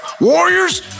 Warriors